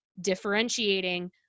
differentiating